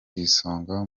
isonga